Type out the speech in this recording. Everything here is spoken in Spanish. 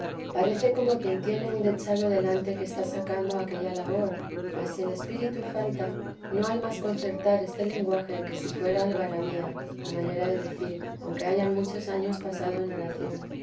parece como quien tiene un dechado delante que está sacando aquella labor mas si el espíritu falta no hay más concertar este lenguaje que si fuese algarabía a manera de decir aunque hayan muchos años pasado en oración